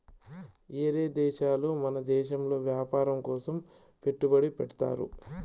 ఏరే దేశాలు మన దేశంలో వ్యాపారం కోసం పెట్టుబడి పెడ్తారు